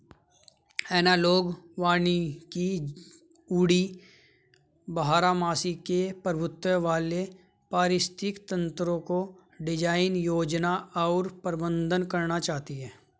analogue वानिकी woody बारहमासी के प्रभुत्व वाले पारिस्थितिक तंत्रको डिजाइन, योजना और प्रबंधन करना चाहती है